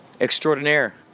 extraordinaire